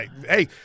hey